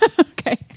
Okay